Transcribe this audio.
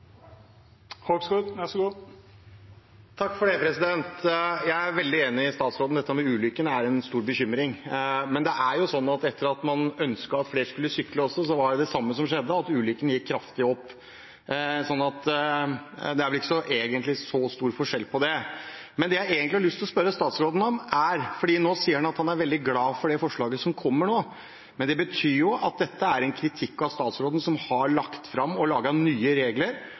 stor bekymring, men det er jo sånn at etter at man ønsket at flere skulle sykle, var det det samme som skjedde – ulykkene gikk kraftig opp. Det er vel egentlig ikke så stor forskjell på det. Men det jeg egentlig har lyst til å spørre statsråden om, er noe annet. Han sier han er veldig glad for det forslaget som kommer nå, men dette er jo en kritikk av statsråden, som har lagt fram og laget nye